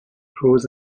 pros